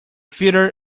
theater